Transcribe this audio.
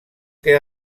que